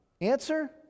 Answer